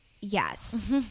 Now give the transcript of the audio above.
Yes